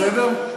בסדר?